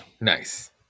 Nice